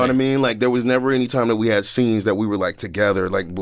i mean? like, there was never any time that we had scenes that we were, like, together. like,